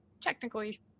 technically